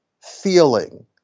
feeling